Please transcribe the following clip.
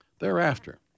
Thereafter